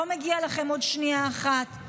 לא מגיעה לכם עוד שנייה אחת.